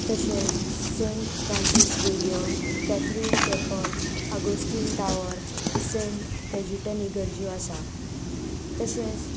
तशेंच Saint Francis Xavier Catherine chapel Augustine tower Saint Cajetan इगर्ज्यो आसा तशेंच